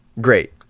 Great